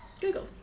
Google